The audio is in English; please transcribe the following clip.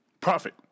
Profit